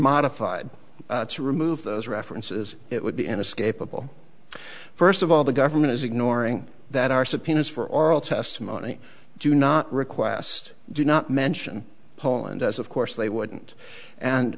modified to remove those references it would be inescapable first of all the government is ignoring that our subpoenas for oral testimony do not request do not mention poland as of course they wouldn't and